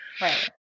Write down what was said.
Right